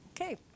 okay